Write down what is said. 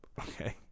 Okay